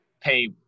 pay